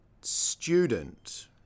student